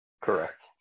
Correct